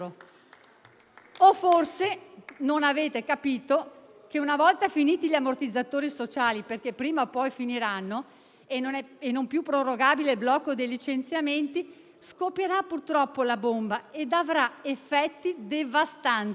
forse, non avete capito che una volta finiti gli ammortizzatori sociali - prima o poi termineranno - e non potendo più prorogare il blocco dei licenziamenti scoppierà, purtroppo, la bomba e avrà effetti devastanti.